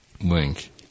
link